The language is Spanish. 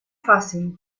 fácil